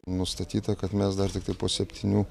nustatyta kad mes dar tiktai po septynių